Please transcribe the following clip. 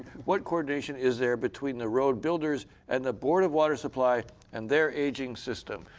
what coordination is there between the road builders and the board of water supply and their aging system?